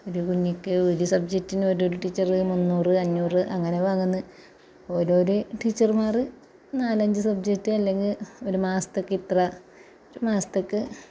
ഒരു കുഞ്ഞിക്ക് ഒരു സബ്ജെക്റ്റിന് ഓരൊ ഒരു ടീച്ചറ് മുന്നൂറ് അഞ്ഞൂറ് അങ്ങനെ വാങ്ങുന്നുണ്ട് ഓരോ ഒരു ടീച്ചർമാർ നാലഞ്ച് സബ്ജെക്റ്റ് അല്ലെങ്കിൽ ഒരു മാസത്തേക്ക് ഇത്ര ഒരു മാസത്തേക്ക്